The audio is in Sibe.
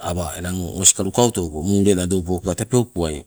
awa enang oska lukauto uko muule nado upokoka tee peukuwai,